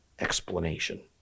explanation